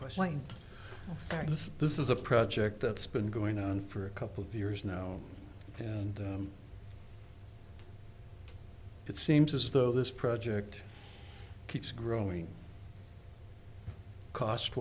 this this is a project that's been going on for a couple of years now and it seems as though this project keeps growing cost